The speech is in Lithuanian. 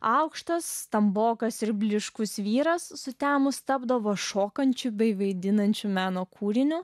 aukštas stambokas ir blyškus vyras sutemus tapdavo šokančių bei vaidinančių meno kūrinio